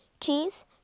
cheese